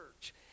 church